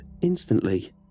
instantly